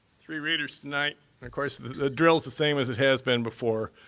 three readers tonight. and of course, the drill's the same as it has been before.